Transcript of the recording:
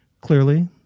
Clearly